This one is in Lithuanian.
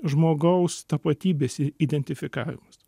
žmogaus tapatybės identifikavimas